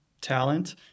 talent